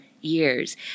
Years